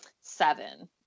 seven